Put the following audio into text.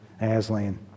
Aslan